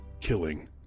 killing